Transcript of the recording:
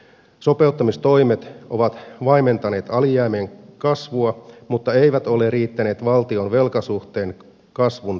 sopeuttamistoimet ovat vaimentaneet alijäämien kasvua mutta eivät ole riittäneet valtion velkasuhteen kasvun taittamiseen